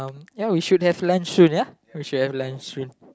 ya we should have lunch soon ya we should have lunch soon